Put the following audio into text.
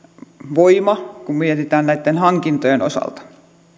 voima kun mietitään näitten hankintojen osalta